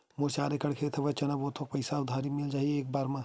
मोर चार एकड़ खेत हवे चना बोथव के पईसा उधारी मिल जाही एक बार मा?